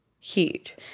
huge